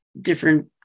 different